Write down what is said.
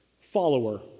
follower